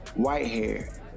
Whitehair